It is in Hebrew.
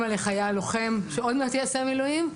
כאמא לחייל לוחם שעוד מעט יעשה מילואים.